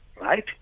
right